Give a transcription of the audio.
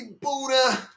Buddha